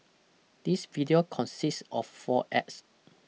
this video consist of four acts